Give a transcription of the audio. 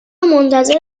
منتظر